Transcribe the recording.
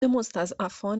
مستضعفان